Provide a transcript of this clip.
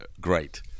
great